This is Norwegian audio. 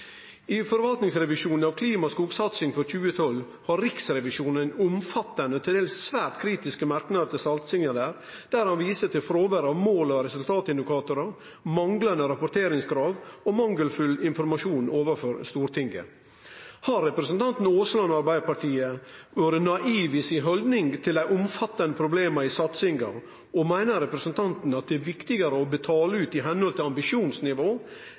I forvaltingsrevisjonen av klima- og skogsatsinga for 2012 har Riksrevisjonen omfattande og til dels svært kritiske merknader til satsingane der, der ein viser til fråvær av mål- og resultatindikatorar, manglande rapporteringskrav og mangelfull informasjon overfor Stortinget. Har representanten Aasland og Arbeidarpartiet vore naive i si haldning til dei omfattande problema i satsinga, og meiner representanten at det er viktigare å betale ut